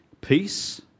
peace